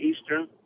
eastern